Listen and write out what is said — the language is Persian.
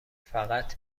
فقط